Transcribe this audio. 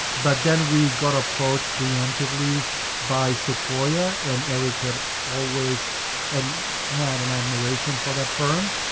but then we got approached preemptively by sequoia and eric had always and had an admiration for that firm.